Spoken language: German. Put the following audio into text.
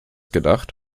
gedacht